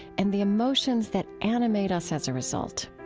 and the emotions that animate us as a result.